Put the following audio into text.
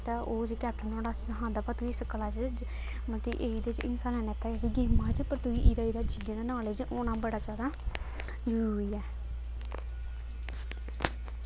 ते ओह् जे कैप्टन नोआढ़ा सखांदा भाई तुगी इस कला च मतलब कि एह्दे च हिस्सा लैने ते एह्दे गेमां च पर तुगी एह्दा एह्दा चीजें दा नालेज होना बड़ा ज्यादा जरूरी ऐ